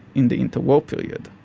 in the inter-war period,